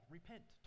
Repent